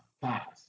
fast